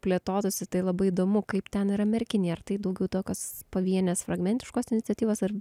plėtotųsi tai labai įdomu kaip ten yra merkinėj ar tai daugiau tokios pavienės fragmentiškos iniciatyvos ar